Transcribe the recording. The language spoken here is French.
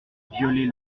violer